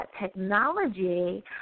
technology